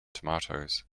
tomatoes